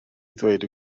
ddweud